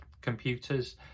computers